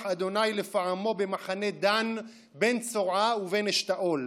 ה' לפעמו במחנה דן בין צרעה ובין אשתאל".